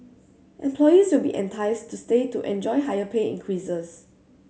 employees will be enticed to stay to enjoy higher pay increases